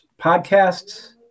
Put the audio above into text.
podcasts